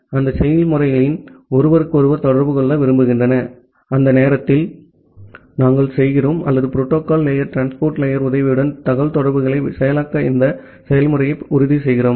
அந்த செயல்முறைகள் ஒருவருக்கொருவர் தொடர்பு கொள்ள விரும்புகின்றன அந்த நேரத்தில் நாங்கள் செய்கிறோம் அல்லது புரோட்டோகால் லேயர் டிரான்ஸ்போர்ட் லேயர் உதவியுடன் தகவல்தொடர்புகளை செயலாக்க இந்த செயல்முறையை உறுதிசெய்கிறோம்